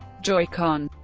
joy-con